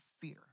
fear